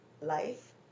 life